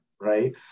right